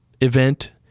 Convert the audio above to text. event